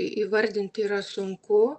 įvardinti yra sunku